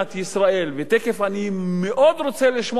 אני מאוד רוצה לשמוע מה שר המשפטים,